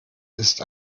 ist